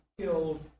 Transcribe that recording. killed